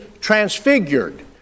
transfigured